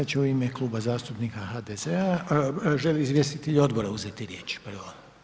Sada će u ime Kluba zastupnika HDZ-a, želi li izvjestitelji odbora uzeti riječ, prvo?